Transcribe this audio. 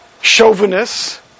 chauvinist